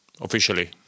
officially